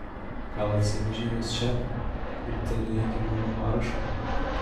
gal atsivežei juos čia ir tereikia mano parašo